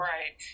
Right